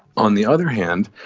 on the other hand,